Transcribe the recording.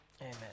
Amen